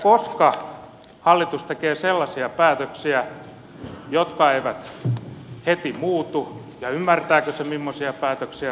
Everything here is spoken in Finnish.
koska hallitus tekee sellaisia päätöksiä jotka eivät heti muutu ja ymmärtääkö se mimmoisia päätöksiä se on tehnyt